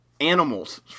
animals